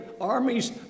armies